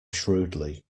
shrewdly